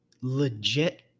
legit